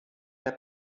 der